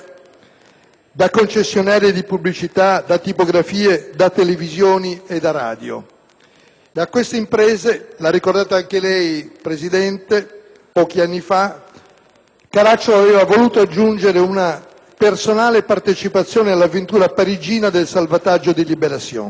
da concessionarie di pubblicità, da tipografie, da televisioni e da radio. A queste imprese - lo ha ricordato anche lei, signor Presidente - pochi anni fa Caracciolo aveva voluto aggiungere una personale partecipazione all'avventura parigina del salvataggio di «Libération»